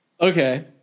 Okay